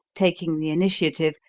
taking the initiative,